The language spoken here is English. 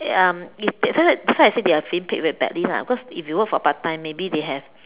um if that's why that's why I said they're been paid very badly lah because if you work for part time maybe they have